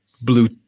blue